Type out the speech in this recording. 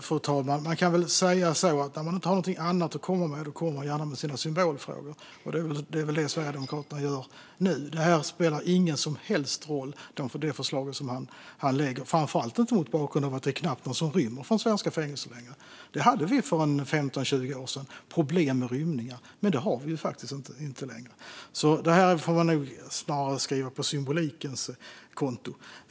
Fru talman! Man kan väl säga att när man inte har någonting annat att komma med kommer man gärna med sina symbolfrågor, och det är väl det som Sverigedemokraterna gör nu. Det förslag som man lägger fram här spelar ingen som helst roll, framför allt mot bakgrund av att det knappt är någon som rymmer från svenska fängelser längre. För 15-20 år sedan hade vi problem med rymningar, men det har vi faktiskt inte längre, så det här får man nog snarare skriva på symbolikens konto.